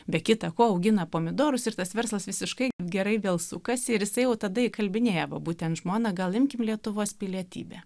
be kita ko augina pomidorus ir tas verslas visiškai gerai vėl sukasi ir jisai jau tada įkalbinėja va būtent žmoną gal imkim lietuvos pilietybę